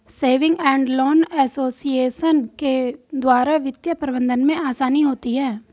saving and loan association के द्वारा वित्तीय प्रबंधन में आसानी होती है